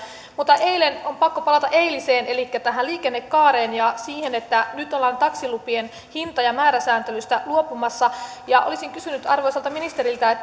mutta on pakko palata eiliseen elikkä tähän liikennekaareen ja siihen että nyt ollaan taksilupien hinta ja määräsääntelystä luopumassa olisin kysynyt arvoisalta ministeriltä